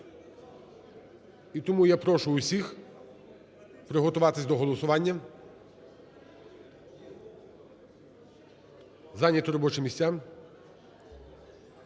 І тому я прошу усіх приготуватись до голосування, зайняти робочі місця.